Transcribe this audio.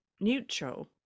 neutral